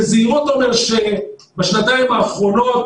בזהירות אני אומר שבשנתיים האחרונות,